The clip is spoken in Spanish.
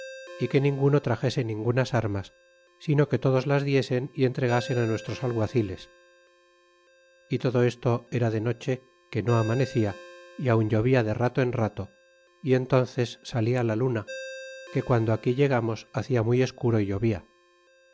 é que ninguno traxese ningunas armas sino que todos las diesen y entregasen nuestros alguaciles y todo esto era de noche que no amanecia y aun llovia de rato en rato y entünces salia la luna que guando allí llegamos hacia muy escuro y llovia